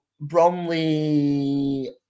Bromley –